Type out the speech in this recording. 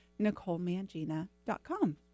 NicoleMangina.com